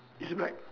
it's black